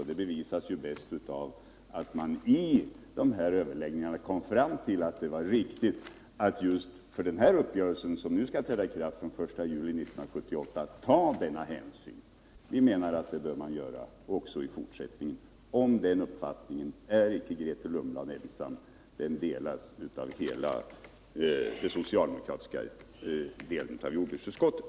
Detta bevisas bäst av att man vid prisöverläggningarna kom fram till att det var riktigt att ta sådan hänsyn i den uppgörelse som skall träda i kraft den 1 juli 1978. Vi menar att man bör göra detsamma också i fortsättningen. Om den uppfattningen är icke Grethe Lundblad ensam, utan den delas av hela den socialdemokratiska delen av Jordbruksutskottet.